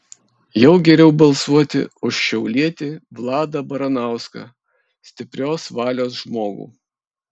jau geriau balsuoti už šiaulietį vladą baranauską stiprios valios žmogų